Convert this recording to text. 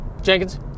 Jenkins